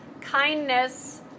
kindness